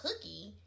cookie